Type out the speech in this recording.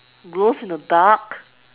glows in the dark